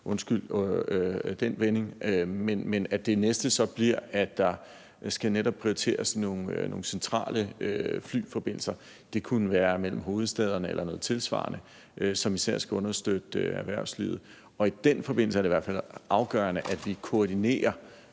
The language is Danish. undskyld den vending – men at det næste så bliver, at der netop skal prioriteres nogle centrale flyforbindelser. Det kunne være mellem hovedstæderne eller noget tilsvarende, som især skal understøtte erhvervslivet. Og i den forbindelse er det i hvert fald afgørende, at vi også koordinerer